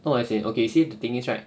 no as in okay see the thing is right